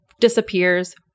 disappears